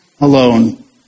alone